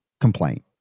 complaint